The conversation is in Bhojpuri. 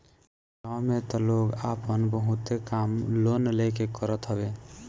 गांव में तअ लोग आपन बहुते काम लोन लेके करत हवे